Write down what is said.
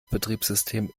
betriebssystem